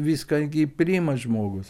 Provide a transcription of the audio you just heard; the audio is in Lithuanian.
viską gi priima žmogus